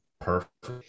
perfect